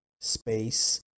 space